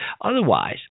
Otherwise